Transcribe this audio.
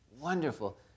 Wonderful